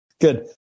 good